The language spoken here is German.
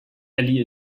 elli